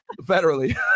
federally